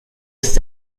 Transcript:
saturn